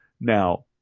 Now